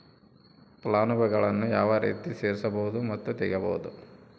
ಫಲಾನುಭವಿಗಳನ್ನು ಯಾವ ರೇತಿ ಸೇರಿಸಬಹುದು ಮತ್ತು ತೆಗೆಯಬಹುದು?